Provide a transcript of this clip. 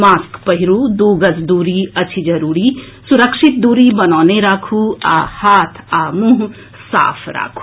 mask पहिरू दू गज दूरी अछि जरूरी सुरक्षित दूरी बनौने राखू आ हाथ आ मुंह साफ राखू